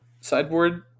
Sideboard